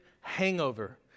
hangover